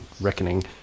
Reckoning